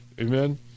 Amen